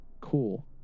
cool